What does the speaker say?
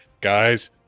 guys